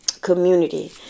Community